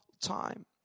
time